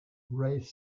wraith